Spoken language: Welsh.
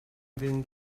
fynd